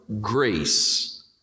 grace